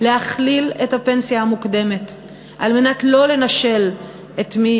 להכליל את הפנסיה המוקדמת על מנת שלא לנשל את מי